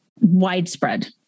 widespread